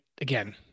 Again